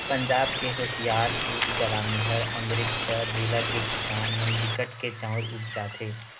पंजाब के होसियारपुर, जालंधर, अमरितसर जिला के किसान मन बिकट के चाँउर उपजाथें